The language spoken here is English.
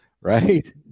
right